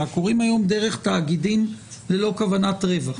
קורים היום דרך תאגידים ללא כוונת רווח.